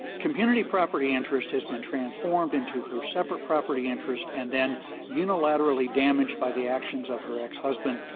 community property interest has been transformed into her separate property interest and then unilaterally damaged by the actions of her ex-husband.